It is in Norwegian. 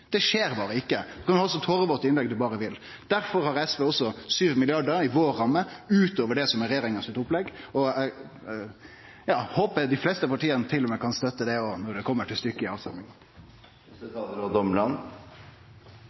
Det skjer berre ikkje – ein kan ha eit så tårevått innlegg ein berre vil. Difor har SV også 7 mrd. kr i ramma utover det som er regjeringa sitt opplegg. Eg håper dei fleste partia til og med kan støtte det når det kjem til stykket i